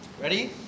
Ready